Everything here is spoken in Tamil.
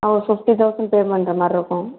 ஆ ஒரு ஃபிஃப்டி தௌசண்ட் பே பண்ணுறமாரி இருக்கும்